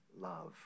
love